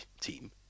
team